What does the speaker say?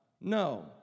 no